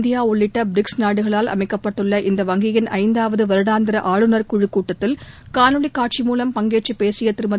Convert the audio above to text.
India உள்ளிட்ட BRICS நாடுகளால் அமைக்கப்பட்டுள்ள இந்த வங்கியின் ஐந்தாவது வருடாந்திர ஆளுநர் குழு கூட்டத்தில் காணொலி காட்சி மூலம் பங்கேற்று பேசிய திருமதி